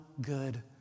good